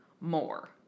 more